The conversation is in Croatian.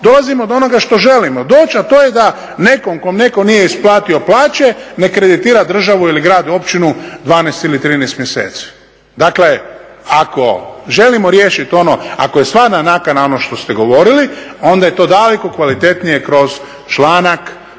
dolazimo do onoga što želimo doći, a to je da nekom kom netko nije isplatio plaće ne kreditira državu ili grad, općinu 12 ili 13 mjeseci. Dakle, ako želimo riješiti ono, ako je stvarna nakana ono što ste govorili onda je to daleko kvalitetnije kroz članak